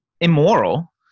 immoral